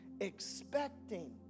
expecting